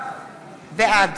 בעד